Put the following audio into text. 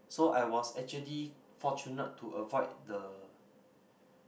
so I was actually fortunate to avoid the